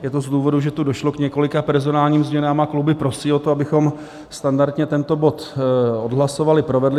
Je to z důvodu, že tu došlo k několika personálním změnám, a kluby prosí o to, abychom standardně tento bod odhlasovali a provedli.